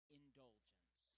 indulgence